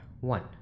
one